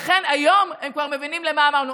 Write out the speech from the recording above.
היום הם כבר מבינים למה אמרנו.